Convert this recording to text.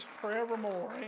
forevermore